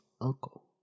uncle